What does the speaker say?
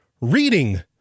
reading